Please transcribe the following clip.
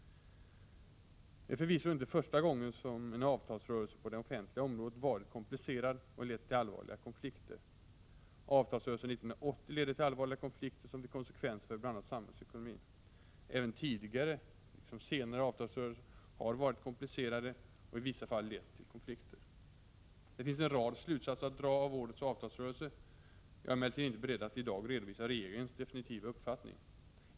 Det är förvisso inte första gången som en avtalsrörelse på det offentliga området varit komplicerad och lett till allvarliga konflikter. Avtalsrörelsen 1980 ledde till allvarliga konflikter som fick konsekvenser för bl.a. samhällsekonomin. Även tidigare och senare avtalsrörelser har varit komplicerade och i vissa fall lett till konflikter. Det finns en rad slutsatser att dra av årets avtalsrörelse. Jag är emellertid inte beredd att i dag redovisa regeringens definitiva uppfattning.